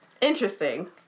Interesting